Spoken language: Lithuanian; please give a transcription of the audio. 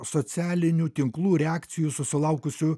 socialinių tinklų reakcijų susilaukusių